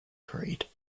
trade